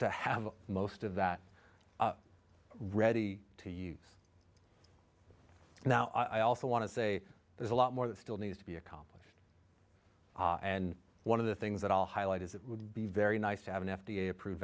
to have most of that ready to use now i also want to say there's a lot more that still needs to be accomplished and one of the things that i'll highlight is it would be very nice to have an f d a approved